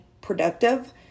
productive